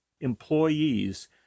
employees